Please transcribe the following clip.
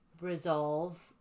resolve